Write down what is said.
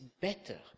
better